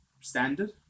standard